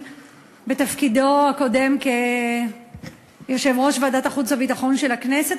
מתפקידו הקודם כיושב-ראש ועדת החוץ והביטחון של הכנסת.